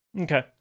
Okay